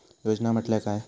योजना म्हटल्या काय?